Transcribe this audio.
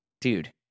dude